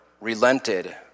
relented